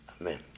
Amen